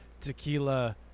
tequila